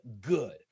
good